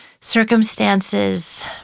circumstances